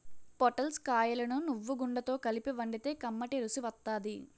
పొటల్స్ కాయలను నువ్వుగుండతో కలిపి వండితే కమ్మటి రుసి వత్తాది